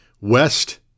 west